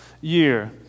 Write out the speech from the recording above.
year